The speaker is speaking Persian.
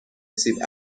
سیب